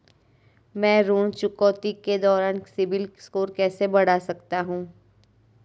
मैं ऋण चुकौती के दौरान सिबिल स्कोर कैसे बढ़ा सकता हूं?